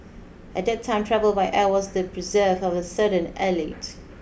at that time travel by air was the preserve of a certain elite